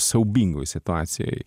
siaubingoj situacijoj